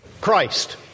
Christ